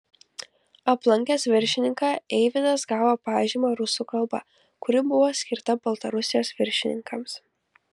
aplankęs viršininką eivydas gavo pažymą rusų kalba kuri buvo skirta baltarusijos viršininkams